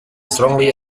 strongly